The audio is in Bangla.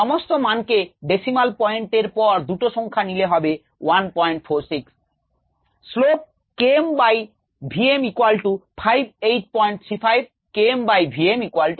সমস্ত মান কে decimal point এর পর দুটো সংখ্যা নিলে হবে 146